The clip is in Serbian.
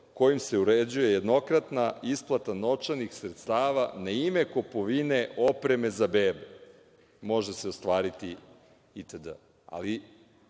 kojim se uređuje jednokratna isplata novčanih sredstava na ime kupovine opreme za bebe, može se ostvariti itd. Ali,